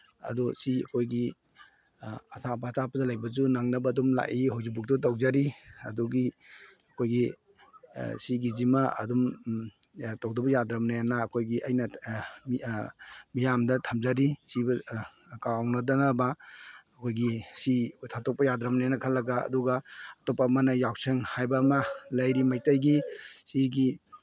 ꯑꯗꯨ ꯁꯤ ꯑꯩꯈꯣꯏꯒꯤ ꯑꯊꯥꯞ ꯑꯊꯥꯞꯗ ꯂꯩꯕꯁꯨ ꯅꯪꯅꯕ ꯑꯗꯨꯝ ꯂꯥꯛꯏ ꯍꯧꯖꯤꯛꯐꯥꯎꯁꯨ ꯇꯧꯖꯔꯤ ꯑꯗꯨꯒꯤ ꯑꯩꯈꯣꯏꯒꯤ ꯁꯤꯒꯤꯁꯤꯃ ꯑꯗꯨꯝ ꯇꯧꯗ꯭ꯔꯕ ꯌꯥꯗ꯭ꯔꯕꯅꯦꯅ ꯑꯩꯈꯣꯏꯒꯤ ꯑꯩꯅ ꯃꯤꯌꯥꯝꯗ ꯊꯝꯖꯔꯤ ꯀꯥꯎꯅꯗꯅꯕ ꯑꯩꯈꯣꯏꯒꯤ ꯁꯤ ꯑꯩꯈꯣꯏ ꯊꯥꯗꯣꯛꯄ ꯌꯥꯗ꯭ꯔꯝꯅꯦꯅ ꯈꯜꯂꯒ ꯑꯗꯨꯒ ꯑꯇꯣꯞꯄ ꯑꯃꯅ ꯌꯥꯎꯁꯪ ꯍꯥꯏꯕ ꯑꯃ ꯂꯩꯔꯤ ꯃꯩꯇꯩꯒꯤ ꯁꯤꯒꯤ